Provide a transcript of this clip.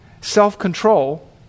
self-control